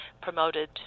promoted